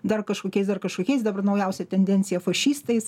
dar kažkokiais dar kažkokiais dabar naujausia tendencija fašistais